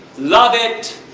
love it!